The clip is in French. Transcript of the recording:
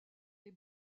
les